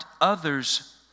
others